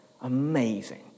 Amazing